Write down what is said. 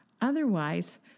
Otherwise